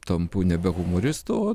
tampu nebe humoristu o